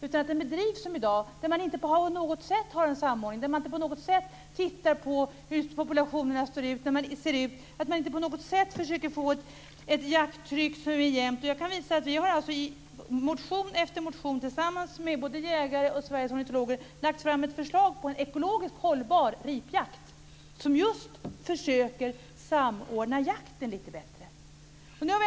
I dag bedrivs den utan någon som helst samordning. Man tittar inte alls på hur populationerna ser ut och försöker inte på något sätt få ett jämnt jakttryck. Vi har i motion efter motion tillsammans med jägare och med Sveriges ornitologer lagt fram förslag till en ekologiskt hållbar ripjakt, som innebär att man försöker att samordna jakten lite bättre.